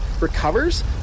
recovers